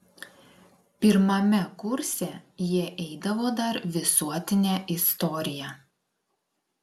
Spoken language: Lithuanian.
pirmame kurse jie eidavo dar visuotinę istoriją